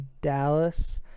Dallas